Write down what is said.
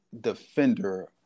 defender